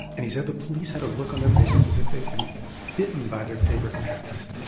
and he said the police had a look on their faces as if they'd been bitten by their favorite pets.